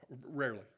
Rarely